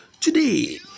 Today